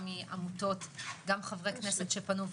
גם מעמותות, גם חברי כנסת שפנו.